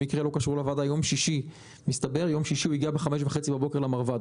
מסתבר שביום שישי הוא הגיע ב-5:30 בבוקר למרב"ד.